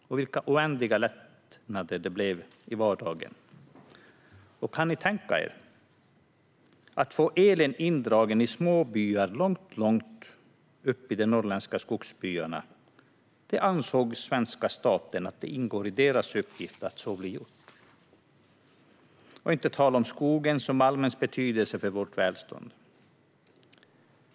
Vilka oändliga lättnader det blev i vardagen! Och kan ni tänka er - att dra in el i små byar långt upp i de norrländska skogarna ansåg svenska staten som sin uppgift. Då har vi inte talat om skogens och malmens betydelse för vårt välstånd.